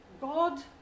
God